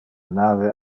nave